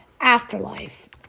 Afterlife